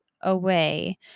away